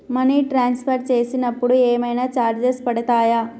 Money transfer చేసినప్పుడు ఏమైనా charges పడతయా?